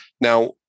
Now